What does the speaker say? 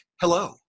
Hello